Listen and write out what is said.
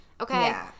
okay